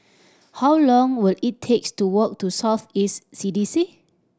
how long will it takes to walk to South East C D C